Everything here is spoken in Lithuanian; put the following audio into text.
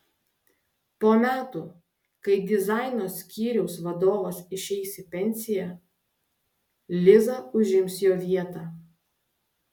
po metų kai dizaino skyriaus vadovas išeis į pensiją liza užims jo vietą